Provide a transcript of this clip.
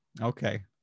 Okay